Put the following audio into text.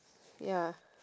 ya